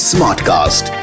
Smartcast